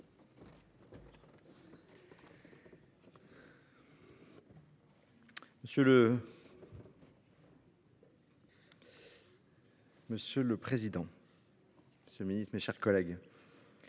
Monsieur le président, monsieur le ministre, mes chers collègues,